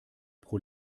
pro